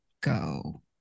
go